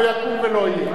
לא יקום ולא יהיה.